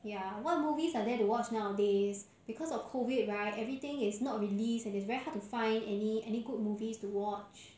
ya what movies are there to watch nowadays because of COVID right everything is not release and it's very hard to find any any good movies to watch